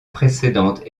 précédente